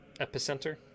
epicenter